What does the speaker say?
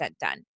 done